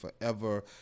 forever